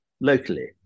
locally